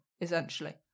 essentially